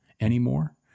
anymore